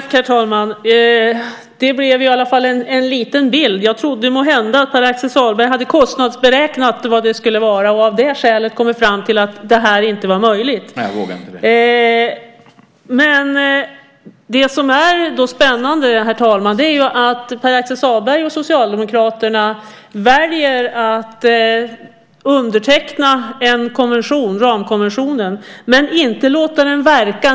Herr talman! Det blev i alla fall en liten bild. Jag trodde måhända att Pär Axel Sahlberg hade gjort en kostnadsberäkning och av det skälet kommit fram till att det inte var möjligt. Det som då är spännande, herr talman, det är att Pär Axel Sahlberg och Socialdemokraterna väljer att underteckna en konvention, ramkonventionen, men inte att låta den verka.